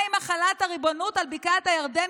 מה עם החלת הריבונות על בקעת הירדן,